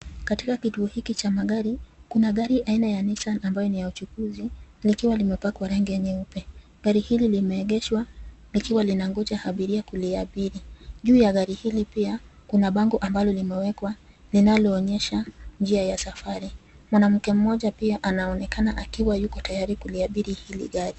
Katika kituo hiki cha magari, kuna gari aina ya cs[nissan]cs ambayo ni ya uchukuzi likiwa limepakwa rangi ya nyeupe. Gari hili limeegeshwa likiwa linangoja abiria kuliabiri. Juu ya gari hili pia kuna bango ambalo limewekwa linaloonyesha njia ya safari. Mwanamke mmoja pia anaonekana akiwa yuko tayari kuliabiri hili gari.